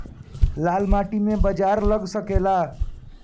लाल माटी मे बाजरा लग सकेला?